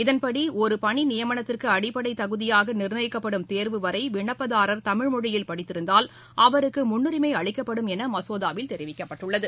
இதன்படி ஒரு பணி நியமனத்திற்கு அடிப்படை தகுதியாக நிர்ணயிக்கப்படும் தேர்வு வரை விண்ணப்பத்தாரர் தமிழ் மொழியில் படித்திருந்தால் அவருக்கு முன்னுரிமை அளிக்கப்படும் என மசோதாவில் தெரிவிக்கப்பட்டுள்ளது